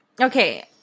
okay